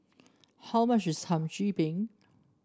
how much is Hum Chim Peng